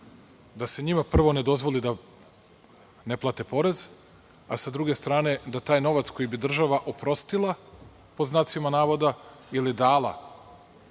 da se njima prvo ne dozvoli da plate porez, a sa druge strane da taj novac koji bi država „oprostila“, ili dala,